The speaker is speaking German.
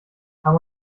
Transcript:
kann